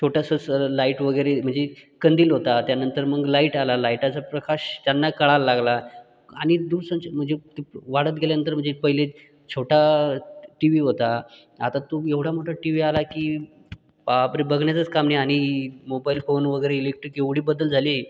छोटंसंस light वगैरे म्हणजे कंदील होता त्यानंतर मग लाईट आला लाईटाचा प्रकाश त्यांना कळाला लागला आणि दूरसंचार म्हणजे वाढत गेल्यानंतर म्हणजे पहिले छोटा टी वी होता आता तो एवढा मोठा टी वी आलाय की बापरे बघण्याचंच काम नाही आणि मोबाईल फोन वगैरे इलेक्ट्रिक एवढे बदल झाले